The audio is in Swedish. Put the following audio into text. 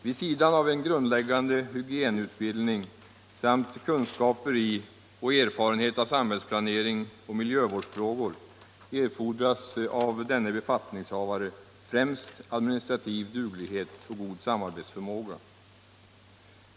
Vid sidan av en grundläggande hygienutbildning samt kunskaper i och erfarenhet av samhällsplanering och miljövårdsfrågor fordras av denne befattningshavare främst administrativ duglighet och god samarbetsförmåga.